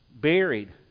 buried